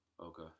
Okay